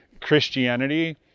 Christianity